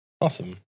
Awesome